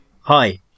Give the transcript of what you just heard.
hi